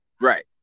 Right